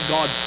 God